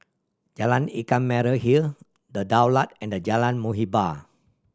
Jalan Ikan Merah Hill The Daulat and Jalan Muhibbah